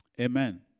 Amen